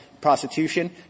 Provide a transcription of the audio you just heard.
prostitution